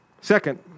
Second